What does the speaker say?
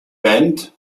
band